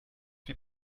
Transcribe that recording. wie